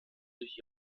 durch